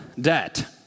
debt